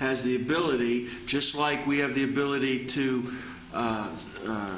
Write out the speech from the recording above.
has the ability just like we have the ability to